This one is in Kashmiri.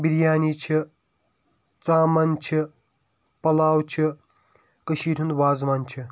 بریانی چھِ زامن چھِ پلاو چھِ کٔشیٖرِ ہُنٛد واز وان چھِ